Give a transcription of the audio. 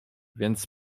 więc